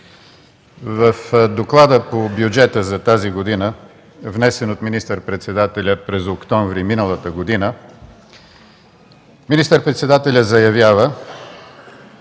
В доклада по бюджета за тази година, внесен от министър-председателя през октомври 2012 г., министър-председателят заявява,